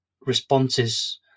responses